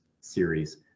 series